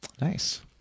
Nice